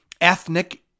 ethnic